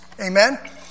Amen